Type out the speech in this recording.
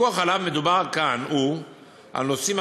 הפיקוח שעליו מדובר כאן הוא על נושאים